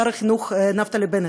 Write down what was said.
שר החינוך נפתלי בנט,